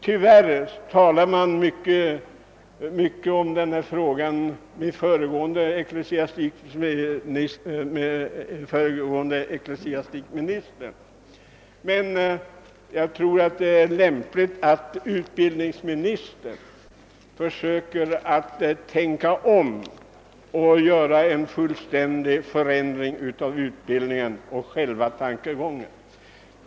Visserligen talade man mycket med tidigare ecklesiastikministrar om denna fråga, men jag tror det är lämpligt att utbildningsministern försöker att tänka om och fullständigt förändrar utbildningen och själva tankegångarna.